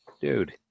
Dude